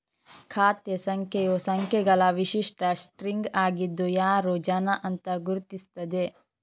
ಖಾತೆ ಸಂಖ್ಯೆಯು ಸಂಖ್ಯೆಗಳ ವಿಶಿಷ್ಟ ಸ್ಟ್ರಿಂಗ್ ಆಗಿದ್ದು ಯಾರು ಜನ ಅಂತ ಗುರುತಿಸ್ತದೆ